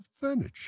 furniture